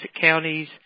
counties